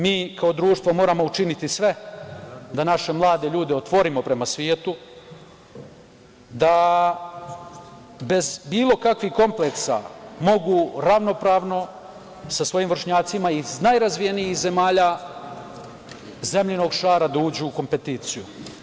Mi kao društvo moramo učiniti sve da naše mlade ljude otvorimo prema svetu, da bez bilo kakvih kompleksa mogu ravnopravno sa svojim vršnjacima iz najrazvijenijih zemalja zemljinog šara da uđu u kompeticiju.